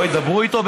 לא ידברו איתו?